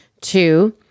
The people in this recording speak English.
Two